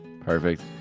Perfect